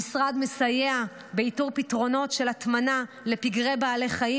המשרד מסייע באיתור פתרונות של הטמנה לפגרי בעלי חיים